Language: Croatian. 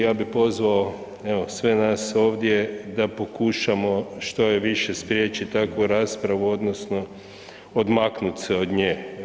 Ja bih pozvao evo sve nas ovdje da pokušamo što je više spriječit takvu raspravu odnosno odmaknut se od nje.